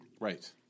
Right